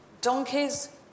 donkeys